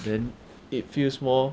then it feels more